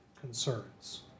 concerns